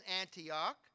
Antioch